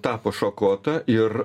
tapo šakota ir